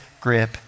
grip